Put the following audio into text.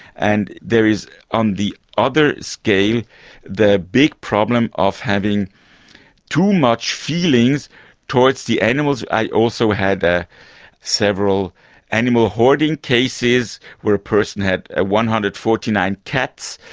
and there is on the other scale the big problem of having too much feelings towards the animals. i also had ah several animal hoarding cases where a person had a one hundred and forty nine cats,